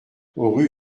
rue